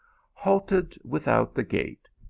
halted without the gate,